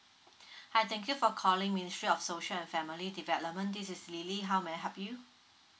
hi thank you for calling ministry of social and family development this is lily how may I help you